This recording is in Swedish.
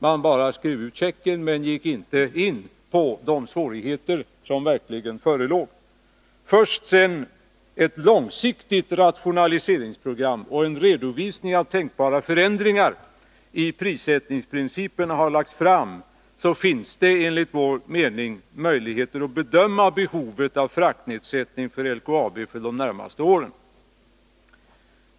Man skrev bara ut checken, men gick inte in på de svårigheter som verkligen förelåg. Först sedan ett långsiktigt rationaliseringsprogram och en redovisning av tänkbara förändringar i prissättningsprinciperna har lagts fram finns det, enligt vår mening, möjligheter att bedöma behovet av fraktnedsättning för LKAB under de närmaste åren.